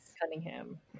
Cunningham